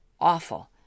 awful